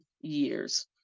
years